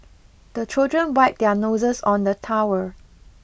the children wipe their noses on the towel